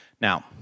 Now